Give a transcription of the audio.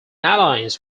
alliance